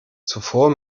zuvor